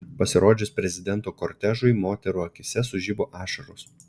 pasirodžius prezidento kortežui moterų akyse sužibo ašaros